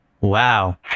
Wow